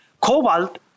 Cobalt